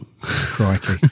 crikey